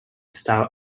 style